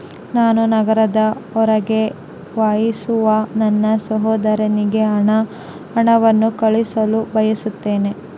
ನಾನು ನಗರದ ಹೊರಗೆ ವಾಸಿಸುವ ನನ್ನ ಸಹೋದರನಿಗೆ ಹಣವನ್ನು ಕಳುಹಿಸಲು ಬಯಸುತ್ತೇನೆ